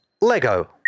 lego